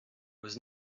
was